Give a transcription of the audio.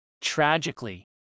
Tragically